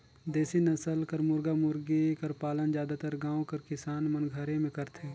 देसी नसल कर मुरगा मुरगी कर पालन जादातर गाँव कर किसान मन घरे में करथे